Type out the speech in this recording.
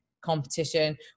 competition